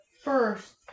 first